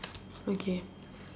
okay